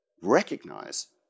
recognize